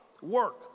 work